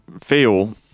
Feel